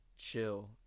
Chill